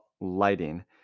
lighting